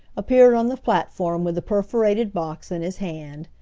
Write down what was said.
appeared on the platform with the perforated box in his hand.